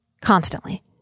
constantly